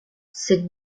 cette